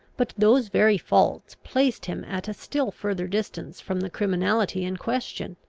but those very faults placed him at a still further distance from the criminality in question.